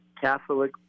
Catholic